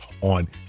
on